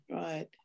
right